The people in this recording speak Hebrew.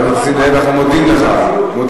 חבר הכנסת זאב, אנחנו מודים לך.